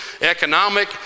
economic